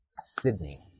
Sydney